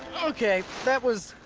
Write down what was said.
okay, that was.